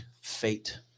fate